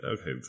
okay